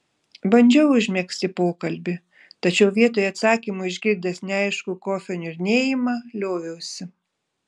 bandžiau užmegzti pokalbį tačiau vietoje atsakymų išgirdęs neaiškų kofio niurnėjimą lioviausi